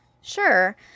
sure